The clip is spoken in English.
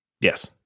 Yes